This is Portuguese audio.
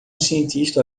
cientista